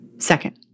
Second